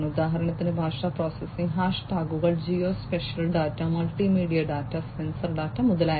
ഉദാഹരണത്തിന് ഭാഷാ processing hash ടാഗുകൾ geospatial data multimedia data sensor data മുതലായവ